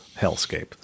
hellscape